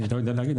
אני לא יודע להגיד,